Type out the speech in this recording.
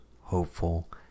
hopeful